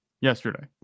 yesterday